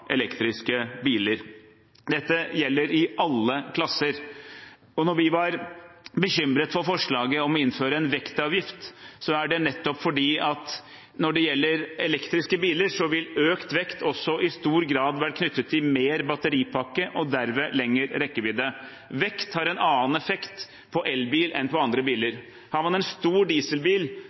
elektriske biler. Dette gjelder i alle klasser. Når vi er bekymret for forslaget om å innføre en vektavgift på elektriske biler, er det nettopp fordi økt vekt også i stor grad vil være knyttet til større batteripakke og derved lengre rekkevidde. Vekt har en annen effekt på elbil enn på andre biler. Har man en stor dieselbil,